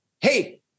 hey